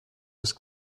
ist